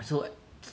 so